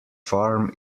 farm